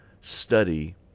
study